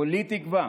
כולי תקווה